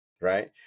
right